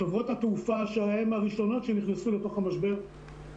חברות התעופה שהן הראשונות שנכנסו לתוך המשבר,